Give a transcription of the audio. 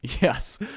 Yes